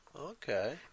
Okay